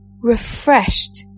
refreshed